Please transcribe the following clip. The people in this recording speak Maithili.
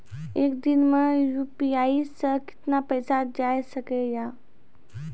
एक दिन मे यु.पी.आई से कितना पैसा जाय सके या?